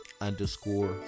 underscore